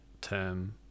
term